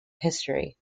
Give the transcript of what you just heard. history